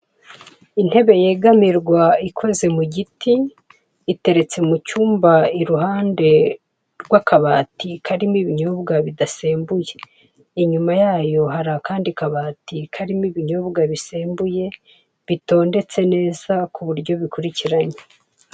Intebe yegamirwa ikozwe mu giti, iteretse mu cyumba iruhande rw'akabati karimo ibinyobwa bidasembuye, inyuma yayo hari akandi kabati karimo ibinyobwa bisembuye bitondetse neza ku buryo bikurikiranye.